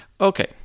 Okay